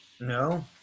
No